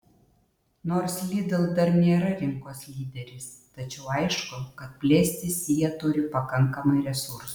nors lidl dar nėra rinkos lyderis tačiau aišku kad plėstis jie turi pakankamai resursų